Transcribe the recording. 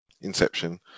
inception